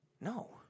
No